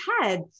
head